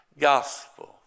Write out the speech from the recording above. gospel